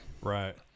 Right